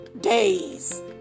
days